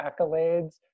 accolades